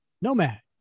Nomad